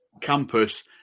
campus